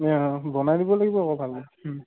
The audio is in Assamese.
অঁ বনাই দিব লাগিব আকৌ ভালকৈ